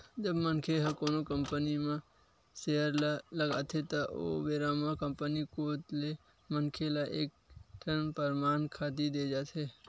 जब मनखे ह कोनो कंपनी के म सेयर ल लगाथे त ओ बेरा म कंपनी कोत ले मनखे ल एक ठन परमान पाती देय जाथे